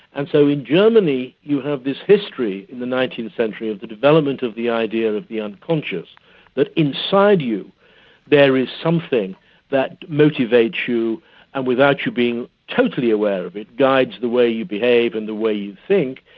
and so in germany you have this history in the nineteenth century of the development of the idea of the unconscious that inside you there is something that motivates you and without you being totally aware of it, guides the way you behave and the way you think.